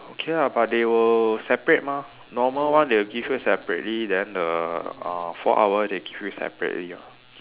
okay lah but they will separate mah normal one they will give you separately then the uh four hour they give you separately lor